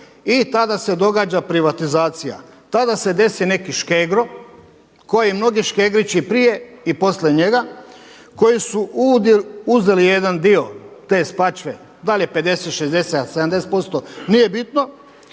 I tada se događa privatizacija. Tada se desi neki Škegro koji mnogi Škegrići prije i poslije njega koji su uzeli jedan dio te Spačve, da li je 50, 60, 70% nije bitno.